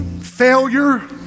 Failure